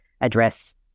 address